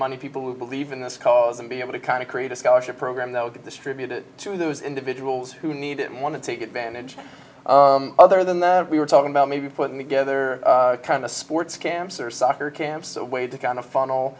money people who believe in this cause and be able to kind of create a scholarship program that will get distributed to those individuals who need it and want to take advantage other than we were talking about maybe putting together kind of sports camps or soccer camps a way to kind of funnel